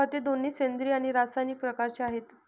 खते दोन्ही सेंद्रिय आणि रासायनिक प्रकारचे आहेत